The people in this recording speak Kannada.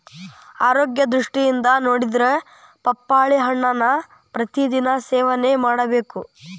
ಆರೋಗ್ಯ ದೃಷ್ಟಿಯಿಂದ ನೊಡಿದ್ರ ಪಪ್ಪಾಳಿ ಹಣ್ಣನ್ನಾ ಪ್ರತಿ ದಿನಾ ಸೇವನೆ ಮಾಡಬೇಕ